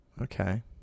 Okay